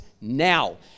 now